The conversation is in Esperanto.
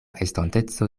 estonteco